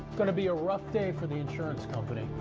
gonna be a rough day for the insurance company.